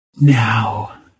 Now